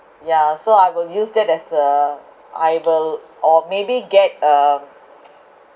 yeah so I will use that as a ible or maybe get um